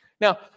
Now